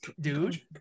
Dude